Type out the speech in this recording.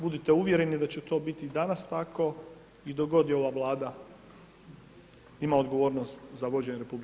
Budite uvjereni da će to biti i danas tako i dok god je ova Vlada, ima odgovornost za vođenje RH.